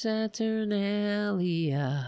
Saturnalia